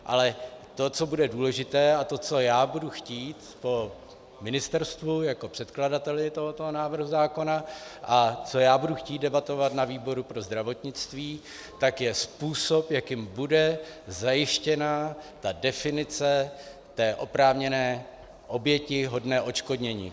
Ale co bude důležité a co já budu chtít po ministerstvu jako předkladateli tohoto návrhu zákona a co budu chtít debatovat na výboru pro zdravotnictví, tak to je způsob, jakým bude zajištěna ta definice té oprávněné oběti hodné odškodnění.